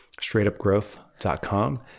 Straightupgrowth.com